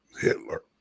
Hitler